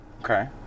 Okay